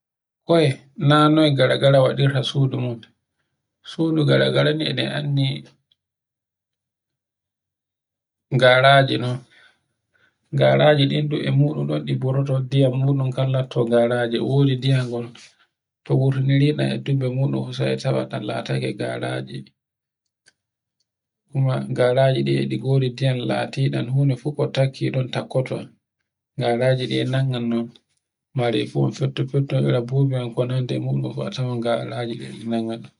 Koy na noye garagara waɗirta sudu mun. sudu gargara ni e ɗe anndi garaje non, garaje ɗin du'e muɗum ɗi burnoto ndiyam muɗum kan latto garaje e wodi ndiyam ngon to wurturiri ni ɗan e dubbe muɗum sai tawa nɗan latake garaji. Kuma garaji ɗin e godi ndiyam latiɗan hu no fu tokki vun tokkoto garaji ɗin e nangan non marefuyel fitto-fitto ira bubi en ko nandi e muɗum fu a tawan garaji ɗin e ɗi nanga ɗun.